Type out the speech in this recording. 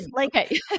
Okay